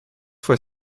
fois